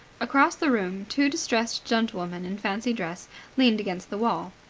across the room two distressed gentlewomen in fancy dress leaned against the wall.